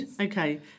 okay